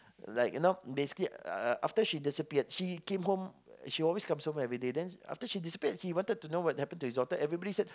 like you know basically after she disappeared she came home she always comes home everyday after she disappeared he wanted to know what happened to his daughter everybody said